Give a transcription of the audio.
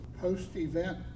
post-event